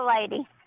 lady